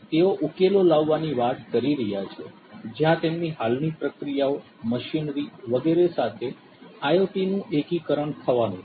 તેઓ ઉકેલો લાવવાની વાત કરી રહ્યા છે જ્યાં તેમની હાલની પ્રક્રિયાઓ મશીનરી વગેરે સાથે IoT નું એકીકરણ થવાનું છે